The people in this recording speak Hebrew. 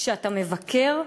כשאתה מבקר,